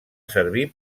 servir